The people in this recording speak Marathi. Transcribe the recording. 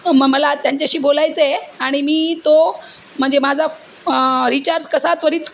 म मला त्यांच्याशी बोलायचं आहे आणि मी तो म्हणजे माझा रिचार्ज कसा त्वरित